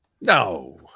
No